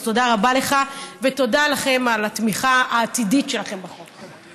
אז תודה רבה לך ותודה לכם על התמיכה העתידית שלכם בחוק הזה.